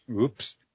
Oops